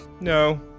No